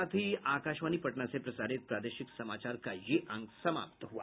इसके साथ ही आकाशवाणी पटना से प्रसारित प्रादेशिक समाचार का ये अंक समाप्त हुआ